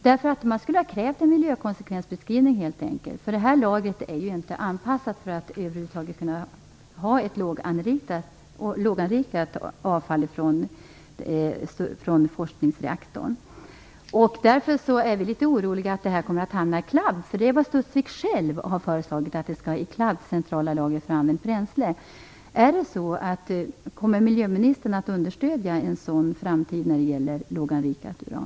Man skulle helt enkelt ha krävt en miljökonsekvensbeskrivning, för lagret är ju inte anpassat för att över huvud taget ta emot ett låganrikat avfall från forskningsreaktorn. Därför är vi litet oroliga för att detta kommer att hamna i CLAB, Centrala lagret för använt bränsle, för det är vad man själva har föreslagit vid Kommer miljöministern att understödja en sådan framtid när det gäller låganrikat uran?